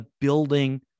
building